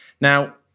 Now